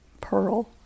Pearl